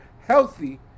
healthy